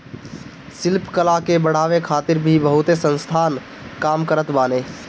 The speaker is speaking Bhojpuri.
शिल्प कला के बढ़ावे खातिर भी बहुते संस्थान काम करत बाने